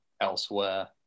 elsewhere